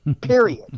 period